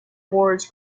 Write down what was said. boards